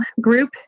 group